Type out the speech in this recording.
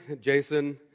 Jason